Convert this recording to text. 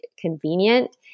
convenient